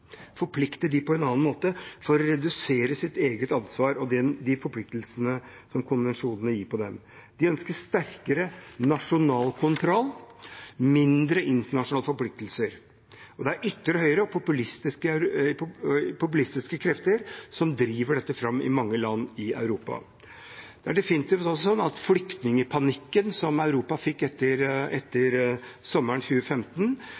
på en annen måte, for å redusere sitt eget ansvar og de forpliktelsene som konvensjonene gir dem. De ønsker sterkere nasjonal kontroll og færre internasjonale forpliktelser. Det er ytre høyre og populistiske krefter som driver dette fram i mange land i Europa. Det er definitivt også slik at flyktningpanikken som Europa fikk etter sommeren 2015,